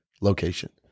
location